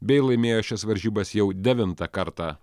bei laimėjo šias varžybas jau devintą kartą